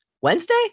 Wednesday